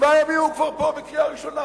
שבעה ימים הוא כבר פה בקריאה שנייה.